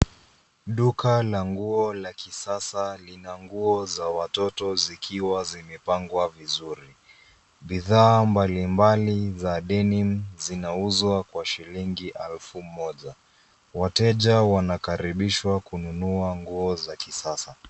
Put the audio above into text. Duka la nguo la kisasa lina nguo za watoto zikiwa zimepqngwa vizuri. Bidhaa mbalimbali za denim zinauzwa kwa shilingi elfu moja. Wateja wanakaribishwa kununua nguo za kisasa.